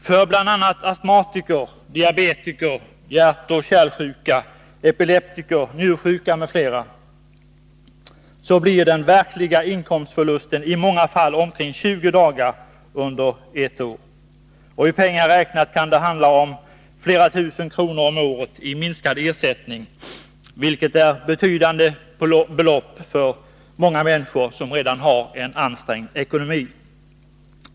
För astmatiker, diabetiker, hjärtoch kärlsjuka, epileptiker, njursjuka m.fl. blir den verkliga inkomstförlusten i många fall omkring 20 dagar under ett år. I pengar räknat kan det handla om flera tusen kronor om året i minskad ersättning, vilket är betydande belopp för människor som redan har en ansträngd ekonomi.